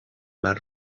mar